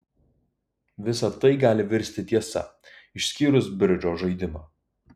visa tai gali virsti tiesa išskyrus bridžo žaidimą